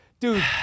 Dude